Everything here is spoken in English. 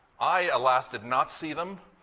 i, alas, did not see them.